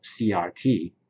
CRT